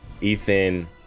Ethan